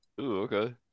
okay